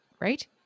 Right